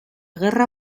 guerra